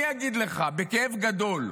אני אגיד לך בכאב גדול: